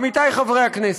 עמיתיי חברי הכנסת,